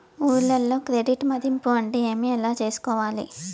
ఊర్లలో క్రెడిట్ మధింపు అంటే ఏమి? ఎలా చేసుకోవాలి కోవాలి?